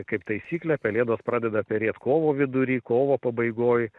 kaip taisyklė pelėdos pradeda perėt kovo vidury kovo pabaigoj